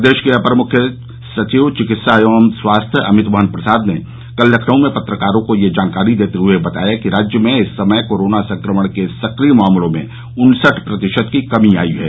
प्रदेश के अपर मुख्य सचिव चिकित्सा एवं स्वास्थ्य अमित मोहन प्रसाद ने कल लखनऊ में पत्रकारों को यह जानकारी देते हए बताया कि राज्य में इस समय कोरोना संक्रमण के सक्रिय मामलों में उन्सठ प्रतिशत की कमी आई है